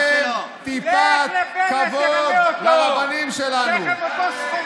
תמשיך לרמות את בנט, גם הוא, הוא נגדך.